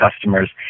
customers